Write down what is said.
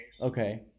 Okay